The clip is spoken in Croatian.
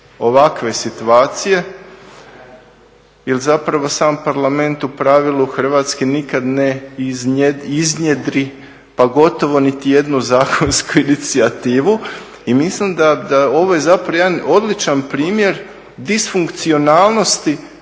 ovakve situacije jer zapravo sam Parlament u pravilu, hrvatski, nikad ne iznjedri pa gotovo niti jednu zakonsku inicijativu i mislim da ovo je zapravo jedan odličan primjer disfunkcionalnosti